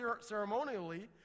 ceremonially